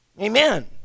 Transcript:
Amen